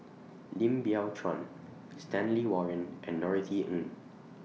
Lim Biow Chuan Stanley Warren and Norothy Ng